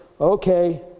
okay